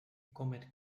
comet